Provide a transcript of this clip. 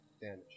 Damage